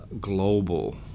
global